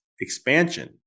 expansion